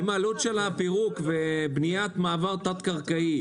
אם העלות של הפירוק ובניית מעבר תת קרקעי,